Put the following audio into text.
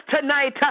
tonight